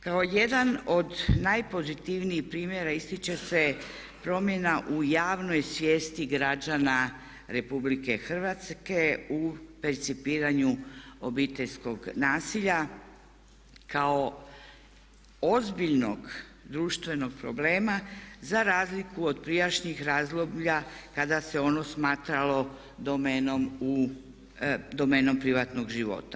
Kao jedan od najpozitivnijih primjera ističe se promjena u javnoj svijesti građana Republike Hrvatske u percipiranju obiteljskog nasilja kao ozbiljnog društvenog problema za razliku od prijašnjih razdoblja kada se ono smatralo domenom privatnog života.